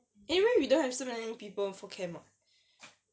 anyway we don't have so many people for camp [what]